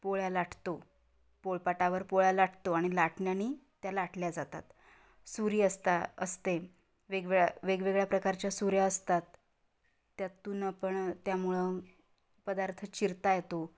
पोळ्या लाटतो पोळपाटावर पोळ्या लाटतो आणि लाटण्याने त्या लाटल्या जातात सूरी असते असते वेगवेळ्या वेगवेगळ्या प्रकारच्या सुऱ्या असतात त्यातून आपण त्यामुळं पदार्थ चिरता येतो